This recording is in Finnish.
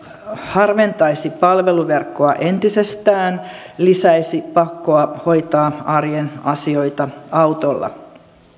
harventaisi palveluverkkoa entisestään lisäisi pakkoa hoitaa arjen asioita autolla